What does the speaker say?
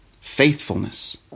faithfulness